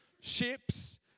ships